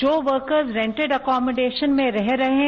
जो worker rented accommodation में रह रहे हैं